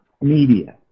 media